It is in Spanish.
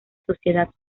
sociedad